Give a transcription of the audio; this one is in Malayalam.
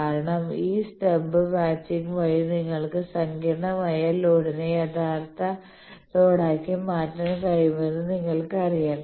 കാരണം ആ സ്റ്റബ് മാച്ചിംഗ് വഴി നിങ്ങൾക്ക് സങ്കീർണ്ണമായ ലോഡിനെ യഥാർത്ഥ ലോഡാക്കി മാറ്റാൻ കഴിയുമെന്ന് നിങ്ങൾക്കറിയാം